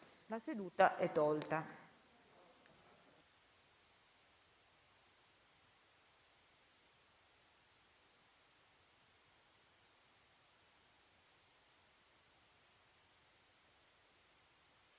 La seduta è tolta